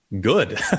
good